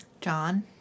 John